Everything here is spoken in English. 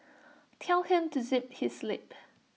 tell him to zip his lip